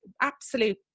absolute